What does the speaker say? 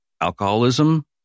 alcoholism